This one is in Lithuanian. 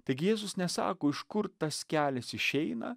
taigi jėzus nesako iš kur tas kelias išeina